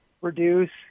reduce